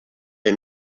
est